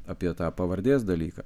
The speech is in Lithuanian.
apie tą pavardės dalyką